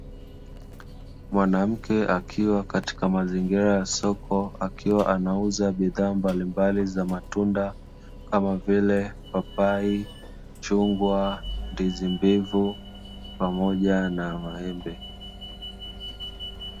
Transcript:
Mwanamke akiwa katika mazingira ya soko akiwa anauza bidhaa bidhaa mbalimbali za matunda kama vile papai, chungwa, ndizi mbivu pamoja na maembe.